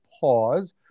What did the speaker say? pause